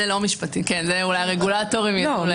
זה לא משרד המשפטים, אולי רגולטורים יוכלו לענות.